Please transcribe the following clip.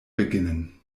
beginnen